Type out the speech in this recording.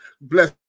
Bless